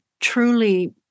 truly